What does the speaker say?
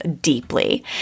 deeply